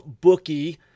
bookie